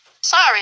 Sorry